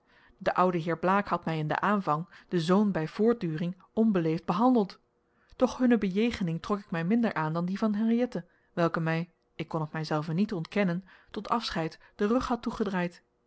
de oude heer blaek had mij in den aanvang de zoon bij voortduring onbeleefd behandeld doch hunne bejegening trok ik mij minder aan dan die van henriëtte welke mij ik kon het mijzelven niet ontkennen tot afscheid den rug had toegedraaid